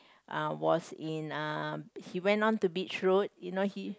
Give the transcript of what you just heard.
uh was in uh he went on to beach road you know he